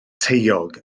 taeog